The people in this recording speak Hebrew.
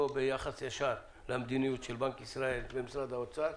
לא ביחס ישר למדיניות של בנק ישראל ומשרד האוצר.